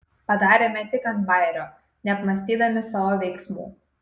padarėme tik ant bajerio neapmąstydami savo veiksmų